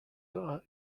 are